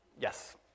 Yes